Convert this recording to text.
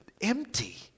empty